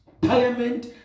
Parliament